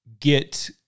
get